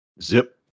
Zip